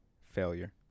failure